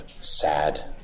Sad